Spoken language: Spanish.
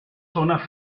zonas